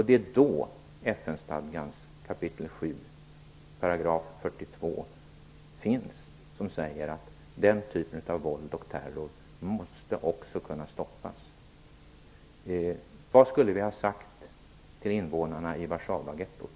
Det är då FN-stadgans kap. 7 § 42 finns som säger att den här typen av våld och terror också måste kunna stoppas. Vad skulle vi ha sagt till invånarna i Warszawaghettot?